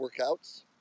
workouts